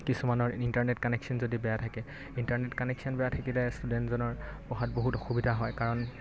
কিছুমানৰ internet connection যদি বেয়া থাকে ইণ্টাৰনেট কানেকশ্যন বেয়া থাকিলে ষ্টুডেণ্টজনৰ পঢ়াত বহুত অসুবিধা হয় কাৰণ